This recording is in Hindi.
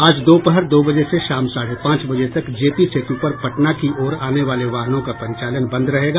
आज दोपहर दो बजे से शाम साढ़े पांच बजे तक जेपी सेतु पर पटना की ओर आने वाले वाहनों का परिचालन बंद रहेगा